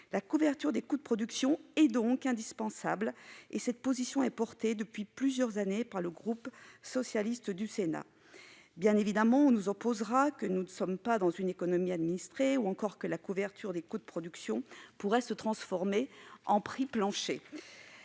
La couverture des coûts de production est donc indispensable ; cette position est défendue depuis plusieurs années par le groupe socialiste du Sénat. On nous rétorquera, bien évidemment, que nous ne sommes pas dans une économie administrée ou encore que la couverture des coûts de production pourrait se transformer en prix plancher